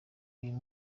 uyu